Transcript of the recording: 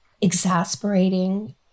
exasperating